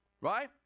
Right